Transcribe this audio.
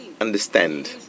understand